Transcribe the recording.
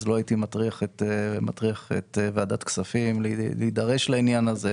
לא הייתי מטריח את ועדת הכספים להידרש לעניין הזה.